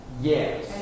Yes